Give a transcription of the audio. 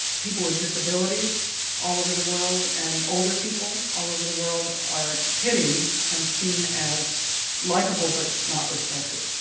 people with disabilities all over the world and older people all over the world are pitied and seen as likeable but not respected.